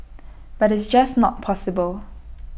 but it's just not possible